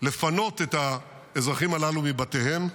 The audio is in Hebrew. לפנות את האזרחים הללו מבתיהם.